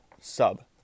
sub